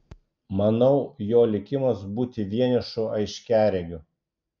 manau jo likimas būti vienišu aiškiaregiu